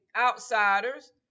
outsider's